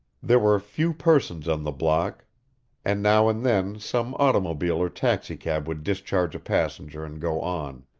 there were few persons on the block and now and then some automobile or taxicab would discharge a passenger and go on.